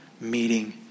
meeting